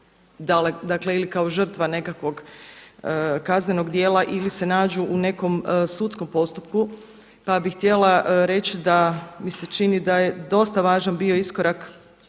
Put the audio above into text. dakle ili kao žrtva nekakvog kaznenog djela ili se nađu u nekom sudskom postupku. Pa bih htjela reći da mi se čini da je dota važan bio iskorak